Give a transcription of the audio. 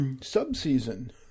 sub-season